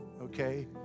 Okay